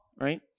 right